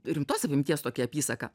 rimtos apimties tokia apysaka